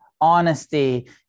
Honesty